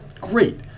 great